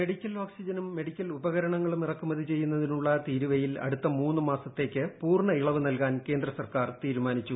medical ഓക്സിജനും medical ഉപകരണങ്ങളും ഇറക്കുമതി ചെയ്യുന്നതിനുള്ള തീരുവ്യിൽ ്അടുത്ത മൂന്ന് മാസത്തേക്ക് പൂർണ്ണ ഇളവ് നൽകാൻ ക്യേന്ദ് സർക്കാർ തീരുമാനിച്ചു